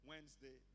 Wednesday